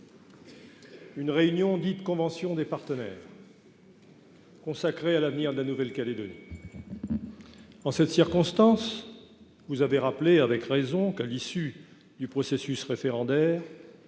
une réunion dite « convention des partenaires », consacrée à l'avenir de la Nouvelle-Calédonie. En cette circonstance, vous avez rappelé avec raison que, à l'issue du processus référendaire,